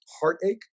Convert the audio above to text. heartache